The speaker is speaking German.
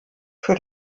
für